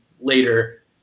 later